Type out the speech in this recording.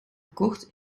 gekocht